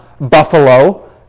Buffalo